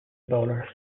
bowler